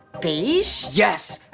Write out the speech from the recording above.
beige? yes!